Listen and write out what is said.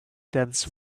dense